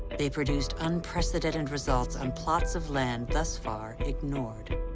they produced unprecedented results on plots of land thus far ignored.